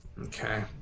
Okay